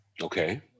Okay